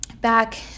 back